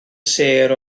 sêr